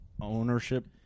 ownership